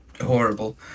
horrible